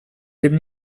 тем